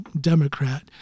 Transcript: Democrat